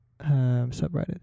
subreddit